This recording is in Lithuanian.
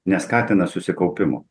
neskatina susikaupimo